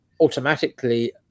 automatically